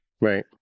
Right